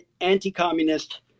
anti-communist